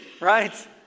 Right